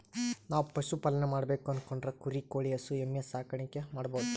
ನಾವ್ ಪಶುಪಾಲನೆ ಮಾಡ್ಬೇಕು ಅನ್ಕೊಂಡ್ರ ಕುರಿ ಕೋಳಿ ಹಸು ಎಮ್ಮಿ ಸಾಕಾಣಿಕೆ ಮಾಡಬಹುದ್